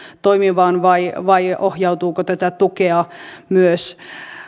toimimaan ohjautuuko tätä tukea myös